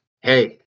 hey